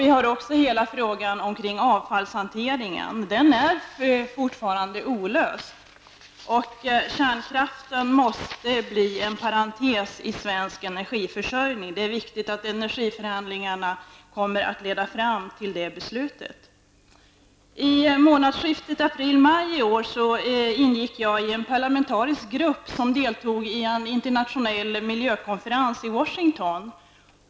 Vi har vidare hela problemet med avfallshanteringen. Det är fortfarande olöst. Kärnkraften måste bli en parentes i svensk energiförsörjning -- det är viktigt att energiförhandlingarna leder fram till det beslutet. I månadsskiftet april-maj i år ingick jag i en parlamentarisk grupp som deltog i en internationell miljökonferens i Washington.